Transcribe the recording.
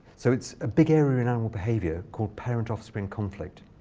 so it's a big area in animal behavior called parent-offspring conflict.